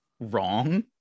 wrong